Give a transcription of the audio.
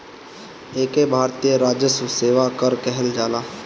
एके भारतीय राजस्व सेवा कर कहल जाला